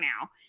now